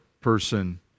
person